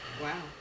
Wow